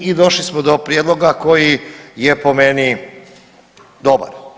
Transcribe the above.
I došli smo do prijedloga koji je po meni dobar.